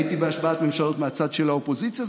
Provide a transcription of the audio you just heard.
הייתי בהשבעת ממשלות מהצד של האופוזיציה.